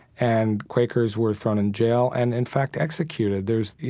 and quakers were thrown in jail and in fact, executed. there's, you